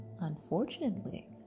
unfortunately